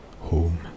home